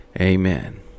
amen